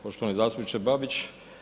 Poštovani zastupniče Babić.